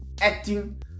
acting